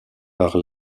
par